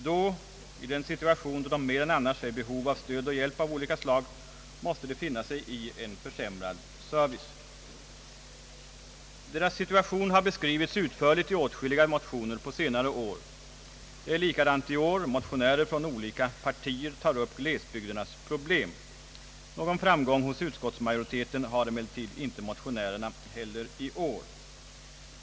Då, i en situation när de mer än annars är i behov av stöd och hjälp av olika slag, måste de finna sig i en försämrad service. Deras situation har beskrivits utförligt i åtskilliga motioner på senare år, och det är likadant i år. Motionärer från olika partier tar upp glesbygdernas problem. Någon framgång hos utskottet har de emellertid inte heller i år.